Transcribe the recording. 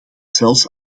zelfs